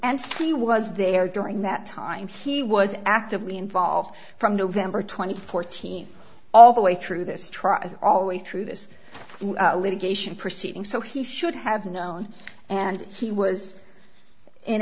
and he was there during that time he was actively involved from november twenty fourth team all the way through this trial as always through this litigation proceeding so he should have known and he was in